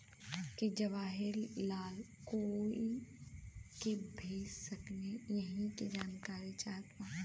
की जवाहिर लाल कोई के भेज सकने यही की जानकारी चाहते बा?